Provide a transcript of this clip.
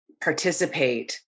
participate